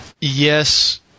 yes